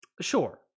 Sure